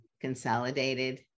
consolidated